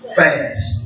fast